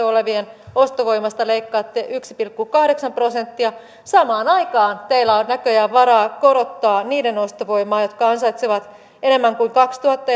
olevien ostovoimasta leikkaatte yksi pilkku kahdeksan prosenttia samaan aikaan teillä on näköjään varaa korottaa niiden ostovoimaa jotka ansaitsevat enemmän kuin kaksituhatta